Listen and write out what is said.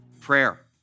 prayer